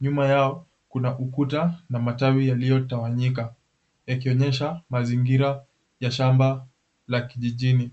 Nyuma yao kuna ukuta na matawi yaliyotawanyika yakionyesha mazingira ya shamba la kijijini.